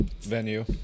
Venue